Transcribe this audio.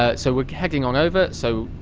ah so we're heading on over so,